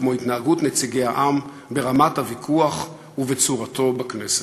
כמו התנהגות נציגי העם ורמת הוויכוח וצורתו בכנסת".